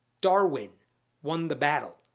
darwin won the battle.